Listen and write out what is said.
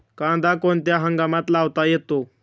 कांदा कोणत्या हंगामात लावता येतो?